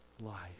life